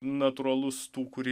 natūralus tų kurie